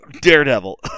Daredevil